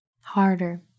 harder